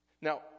Now